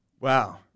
wow